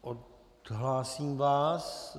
Odhlásím vás.